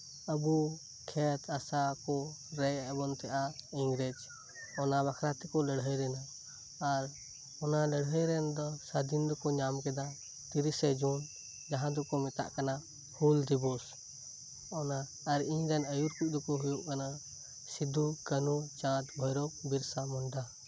ᱟᱵᱚ ᱠᱷᱮᱛ ᱦᱟᱥᱟ ᱠᱚ ᱨᱮᱡ ᱮᱫᱵᱚᱱ ᱛᱟᱦᱮᱱᱟ ᱤᱝᱨᱮᱡ ᱚᱱᱟ ᱵᱟᱠᱷᱨᱟ ᱛᱮᱠᱚ ᱞᱟᱹᱲᱦᱟᱹᱭ ᱞᱮᱱᱟ ᱟᱨ ᱚᱱᱟ ᱞᱟᱹᱲᱦᱟᱹᱭ ᱨᱮᱱᱫᱚ ᱥᱟᱫᱷᱤᱱ ᱫᱚᱠᱚ ᱧᱟᱢ ᱠᱮᱫᱟ ᱛᱤᱨᱤᱥᱮ ᱡᱩᱱ ᱡᱟᱦᱟᱸ ᱫᱚᱠᱚ ᱢᱮᱛᱟᱜ ᱠᱟᱱᱟ ᱦᱩᱞ ᱫᱤᱵᱚᱥ ᱚᱱᱟ ᱟᱨ ᱤᱧᱨᱮᱱ ᱟᱹᱭᱩᱨᱠᱚᱡ ᱫᱚᱠᱚ ᱦᱩᱭᱩᱜ ᱠᱟᱱᱟ ᱥᱤᱫᱩ ᱠᱟᱹᱱᱦᱩ ᱪᱟᱸᱫ ᱵᱷᱟᱭᱨᱳ ᱵᱤᱨᱥᱟ ᱢᱩᱱᱰᱟ